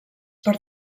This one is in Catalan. per